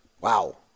wow